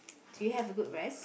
do you have a good rest